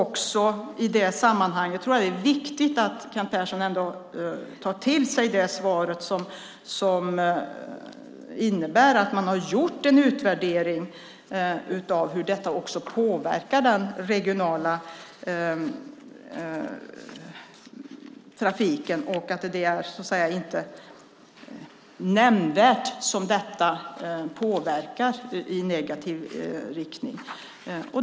I det sammanhanget tror jag att det är viktigt att Kent Persson ändå tar till sig svaret att man har gjort en utvärdering av hur detta påverkar den regionala trafiken och att detta inte nämnvärt påverkar i negativ riktning.